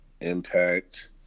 impact